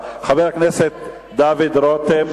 חבר הכנסת דוד רותם.